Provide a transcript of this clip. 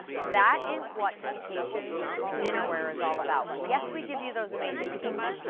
that is what temp tations dinner wear is all about. yes, we give you those amazes pieces,